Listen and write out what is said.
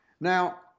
Now